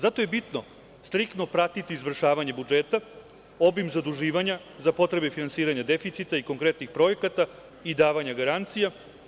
Zato je bitno striktno pratiti izvršavanje budžeta, obim zaduživanja za potrebe finansiranja deficita i konkretnih projekata i davanja garancija.